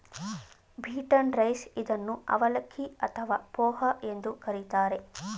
beaten rice ಇದನ್ನು ಅವಲಕ್ಕಿ ಅಥವಾ ಪೋಹ ಎಂದು ಕರಿತಾರೆ